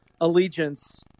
allegiance